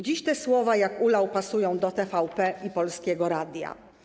Dziś te słowa jak ulał pasują do TVP i Polskiego Radia.